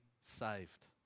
saved